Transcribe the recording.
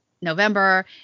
November